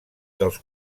dels